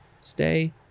stay